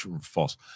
False